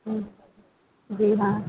जी हाँ